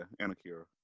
Anakira